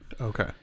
okay